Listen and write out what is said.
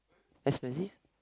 expensive